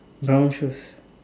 brown shoes